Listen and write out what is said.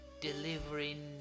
delivering